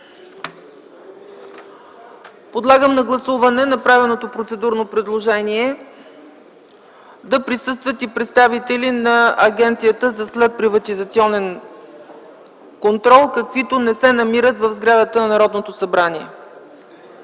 Подлагам на гласуване направеното процедурно предложение да присъстват и представители на Агенцията за следприватизационен контрол, каквито не се намират в сградата на Народното събрание.